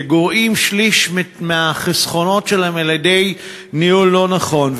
שגורעים שליש מהחסכונות שלהם על-ידי ניהול לא נכון.